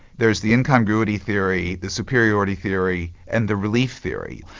there's the incongruity theory, the superiority theory and the relief theory.